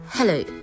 Hello